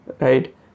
right